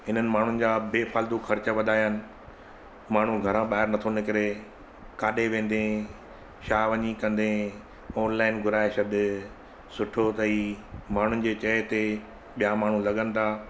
इन्हनि माण्हुनि जा बेफालतू ख़र्च वधाया आहिनि माण्हू घरां ॿाहिरि नथो निकिरे किथे वेंदे छा वञी कंदे ऑनलाइन घुराए छॾु सुठो अथई माण्हुनि जे चए ते ॿिया माण्हू लॻनि था